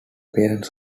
appearing